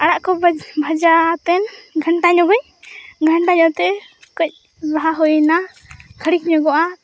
ᱟᱲᱟᱜᱠᱚ ᱵᱷᱟᱡᱟ ᱠᱟᱛᱮᱱ ᱜᱷᱟᱱᱴᱟᱧᱚᱜᱟᱹᱧ ᱜᱷᱟᱱᱴᱟᱧᱚᱜ ᱠᱟᱛᱮᱱ ᱠᱟᱹᱡ ᱞᱟᱦᱟᱦᱩᱭᱮᱱᱟ ᱦᱟᱹᱲᱤᱡᱧᱚᱜᱚᱜᱼᱟ